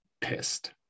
pissed